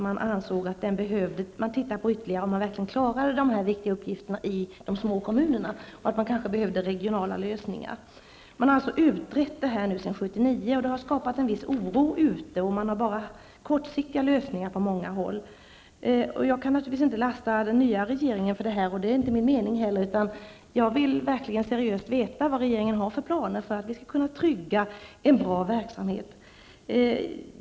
Man ansåg att det behövde utredas ytterligare om de små kommunerna verkligen skulle klara dessa uppgifter eller om det behövdes regionala lösningar. Frågan har utretts sedan 1979, och det har skapat en viss oro. På många håll har man bara kortsiktiga lösningar. Jag kan naturligtvis inte lasta den nya regeringen för det, och det är heller inte min mening. Jag vill seriöst veta vilka planer regeringen har för att vi skall kunna trygga en bra verksamhet.